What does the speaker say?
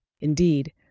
indeed